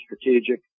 strategic